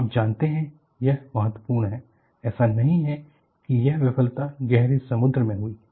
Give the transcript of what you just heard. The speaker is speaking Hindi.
आप जानते हैं कि यह महत्वपूर्ण है ऐसा नहीं है कि यह विफलता गहरे समुद्र में हुई है